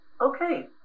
okay